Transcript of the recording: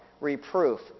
Reproof